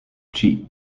cheat